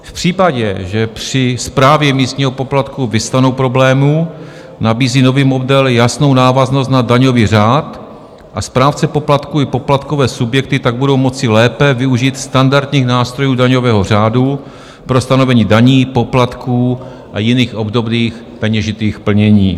V případě, že při správě místního poplatku vyvstanou problémy, nabízí nový model jasnou návaznost na daňový řád, a správce poplatků i poplatkové subjekty tak budou moci lépe využít standardních nástrojů daňového řádu pro stanovení daní, poplatků a jiných obdobných peněžitých plnění.